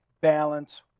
balance